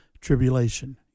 tribulation